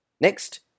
Next